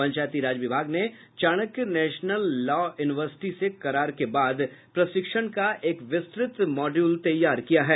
पंचायती राज विभाग ने Chanakya national law university से करार के बाद प्रशिक्षण का एक विस्तृत मॉड़यूल तैयार किया है